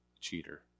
Cheater